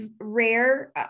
rare